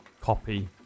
copy